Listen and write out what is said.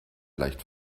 leicht